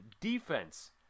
defense